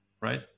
right